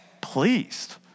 pleased